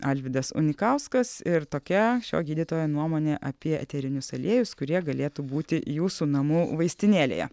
alvydas unikauskas ir tokia šio gydytojo nuomonė apie eterinius aliejus kurie galėtų būti jūsų namų vaistinėlėje